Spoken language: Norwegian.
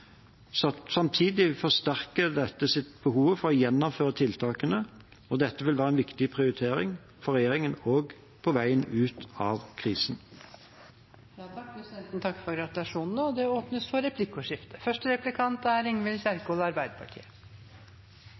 Samtidig forsterker dette behovet for å gjennomføre tiltakene, og det vil være en viktig prioritering for regjeringen også på veien ut av krisen. Presidenten takker for gratulasjonene. Det blir replikkordskifte. Jeg vil også benytte anledningen til å gratulere sykepleieren med dagen. Vi er